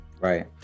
Right